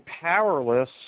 powerless